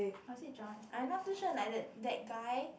or is it John I not too sure like that that guy